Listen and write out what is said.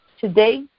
Today